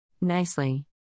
Nicely